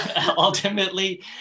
ultimately